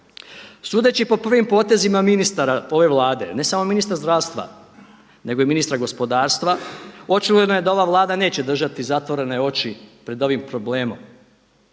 Sudeći po prvim potezima ministara ove Vlade, ne samo ministar zdravstva, nego i ministra gospodarstva očigledno je da ova Vlada neće držati zatvorene oči pred ovim problemom.